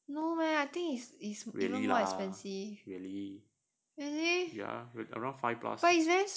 no eh I think it's it's even more expensive